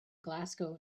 glasgow